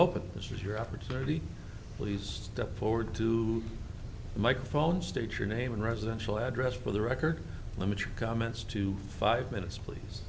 is your opportunity please step forward to the microphone state your name and residential address for the record limit your comments to five minutes please